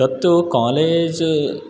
तत्तु कालेज्